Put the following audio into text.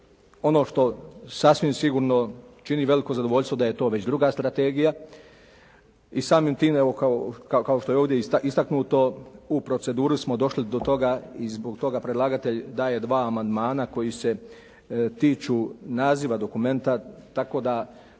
ono što sasvim sigurno čini veliko zadovoljstvo da je to već druga strategija i samim time evo kao što je ovdje istaknuto, u proceduru smo došli do toga i zbog toga predlagatelj daje dva amandmana koji se tiču naziva dokumenta. Tako da